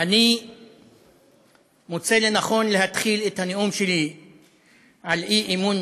אני מוצא לנכון להתחיל את הנאום שלי על אי-אמון